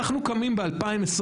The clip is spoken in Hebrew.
אנחנו קמים ב-2022,